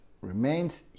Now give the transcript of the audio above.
remains